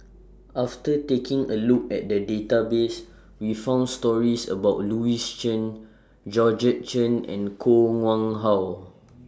after taking A Look At The Database We found stories about Louis Chen Georgette Chen and Koh Nguang How